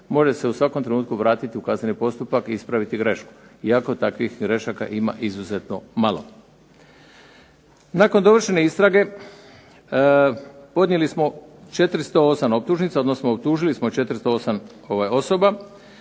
može se u svakom trenutku vratiti u kazneni postupak i ispraviti grešku, iako takvih grešaka ima izuzetno malo. Nakon dovršene istrage podnijeli smo 408 optužnica, odnosno optužili smo 408 osoba.